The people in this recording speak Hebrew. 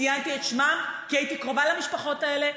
ציינתי את שמם כי הייתי קרובה למשפחות האלה.